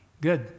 Good